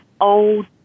old